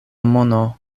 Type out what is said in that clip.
mono